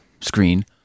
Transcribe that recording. screen